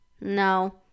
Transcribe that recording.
No